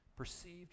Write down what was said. Perceived